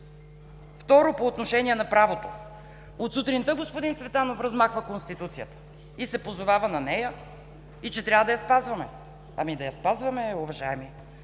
Второ, по отношение на правото. От сутринта господин Цветанов размахва Конституцията и се позовава на нея, че трябва да я спазваме. Ами да я спазваме, уважаеми!